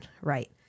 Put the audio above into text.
right